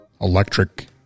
electric